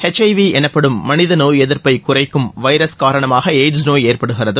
HIV எனப்படும் மனித நோய் எதிர்ப்பைக் குறைக்கும் வைரஸ் காரணமாக எய்ட்ஸ் நோய் ஏற்படுகிறது